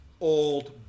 old